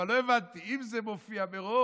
אבל לא הבנתי, אם זה מופיע מראש,